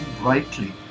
brightly